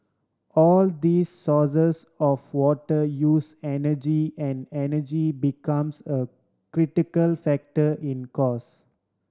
all these sources of water use energy and energy becomes a critical factor in cost